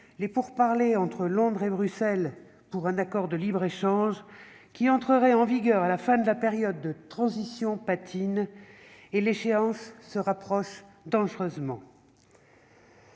les pourparlers entre Londres et Bruxelles pour un accord de libre-échange qui entrerait en vigueur à la fin de la période de transition patinent, et l'échéance se rapproche dangereusement.